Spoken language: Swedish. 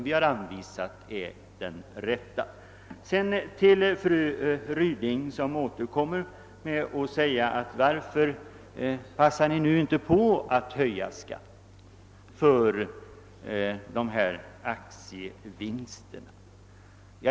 Vi vet ingenting med bestämdhet om den saken.